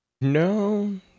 No